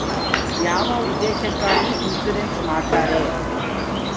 ಯಾವ ಉದ್ದೇಶಕ್ಕಾಗಿ ಇನ್ಸುರೆನ್ಸ್ ಮಾಡ್ತಾರೆ?